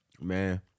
Man